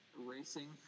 racing